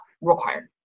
required